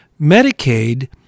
Medicaid